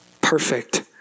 Perfect